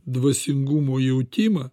dvasingumo jautimą